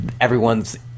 Everyone's